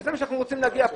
לזה אנחנו רוצים להגיע.